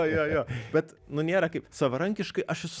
jo jo bet nu nėra kaip savarankiškai aš esu